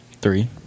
Three